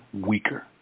weaker